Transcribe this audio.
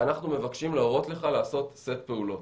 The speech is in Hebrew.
אנחנו מבקשים להורות לך לעשות סט פעולות.